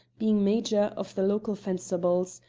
being major of the local fencibles.